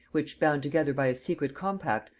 which, bound together by a secret compact,